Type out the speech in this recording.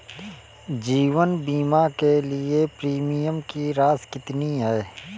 जीवन बीमा के लिए प्रीमियम की राशि कितनी है?